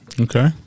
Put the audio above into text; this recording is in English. Okay